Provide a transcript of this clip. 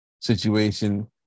situation